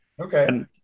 Okay